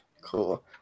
Cool